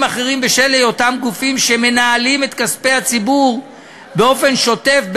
אחרים בשל היותם גופים שמנהלים את כספי הציבור באופן שוטף,